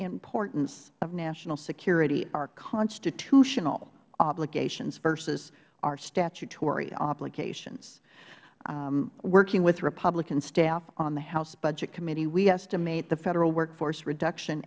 importance of national security our constitutional obligations versus our statutory obligations working with republican staff on the house budget committee we estimate the federal workforce reduction